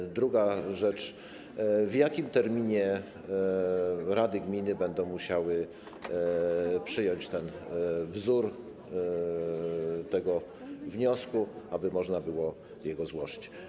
I druga rzecz: W jakim terminie rady gminy będą musiały przyjąć wzór tego wniosku, aby można było go złożyć?